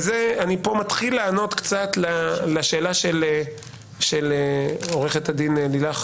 אני מתחיל כאן לענות קצת לשאלה של עורכת הדין לילך